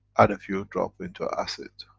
add a few drop into acid